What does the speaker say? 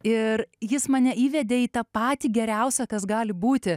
ir jis mane įvedė į tą patį geriausią kas gali būti